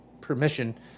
permission